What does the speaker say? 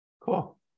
Cool